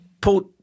Paul